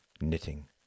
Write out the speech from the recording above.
knitting